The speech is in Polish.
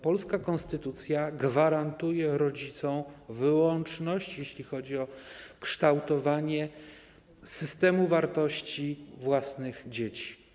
Polska konstytucja gwarantuje rodzicom wyłączność, jeśli chodzi o kształtowanie systemu wartości własnych dzieci.